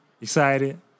excited